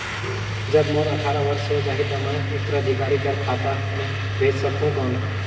जब मोर अट्ठारह वर्ष हो जाहि ता मैं उत्तराधिकारी कर खाता मे भेज सकहुं कौन?